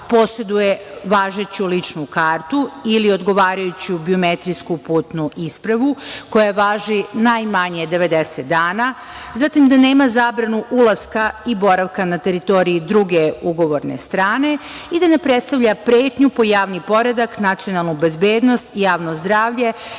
poseduje važeću ličnu kartu ili odgovarajuću biometrijsku putnu ispravu koja važi najmanje 90 dana, da nema zabranu ulaska i boravka na teritoriji druge ugovorne strane i da ne predstavlja pretnju po javni poredak, nacionalnu bezbednost, javno zdravlje